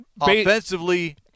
offensively